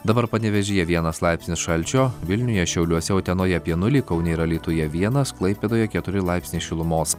dabar panevėžyje vienas laipsnis šalčio vilniuje šiauliuose utenoje apie nulį kaune ir alytuje vienas klaipėdoje keturi laipsniai šilumos